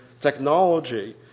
technology